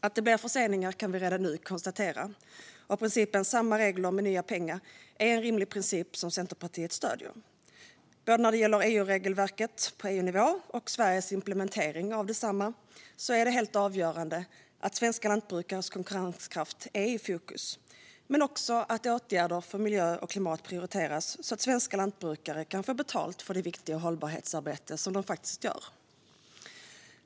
Att det blir förseningar kan vi redan nu konstatera, och principen samma regler men nya pengar är en rimlig princip som Centerpartiet stöder. Både när det gäller regelverket på EU-nivå och Sveriges implementering av detsamma är det helt avgörande att svenska lantbrukares konkurrenskraft är i fokus, men också att åtgärder för miljö och klimat prioriteras så att svenska lantbrukare kan få betalt för det viktiga hållbarhetsarbete de faktiskt gör.